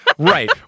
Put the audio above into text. Right